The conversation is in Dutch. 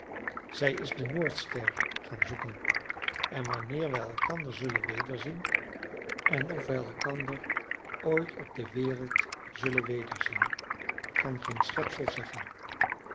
zij is de noordster gaan zoeken en wanneer wij elkander zullen wederzien en of wij elkander ooit op de wereld zullen wederzien kan geen schepsel zeggen